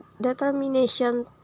determination